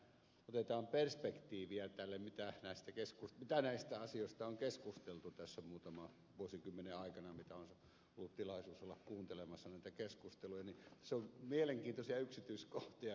jos vielä vähän otetaan perspektiiviä tälle mitä näistä asioista on keskusteltu tässä muutaman vuosikymmenen aikana kun on ollut tilaisuus olla kuuntelemassa näitä keskusteluja niin tässä on mielenkiintoisiakin yksityiskohtia